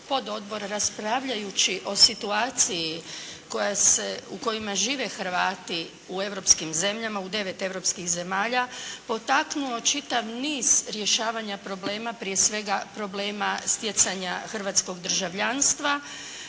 pododbor raspravljajući o situaciji koja se, u kojima žive Hrvati u europskim zemljama, u 9 europskih zemalja potaknuo čitav niz rješavanja problema, prije svega problema stjecanja hrvatskog državljanstva,